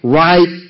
right